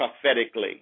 prophetically